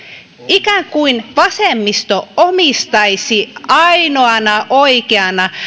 ikään kuin vasemmisto omistaisi ainoana oikeana